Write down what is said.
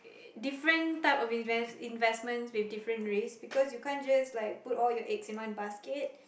different type of invest investment with different race because you can't just like put all your eggs in one basket